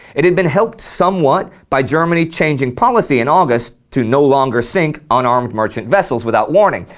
it had been helped somewhat by germany changing policy in august to no longer sink unarmed merchant vessels without warning,